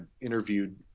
interviewed